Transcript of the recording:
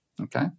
okay